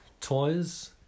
Toys